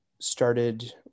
started